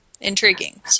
Intriguing